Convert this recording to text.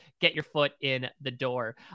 get-your-foot-in-the-door